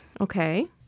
Okay